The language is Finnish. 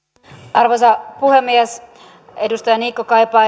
arvoisa puhemies edustaja niikko kaipaa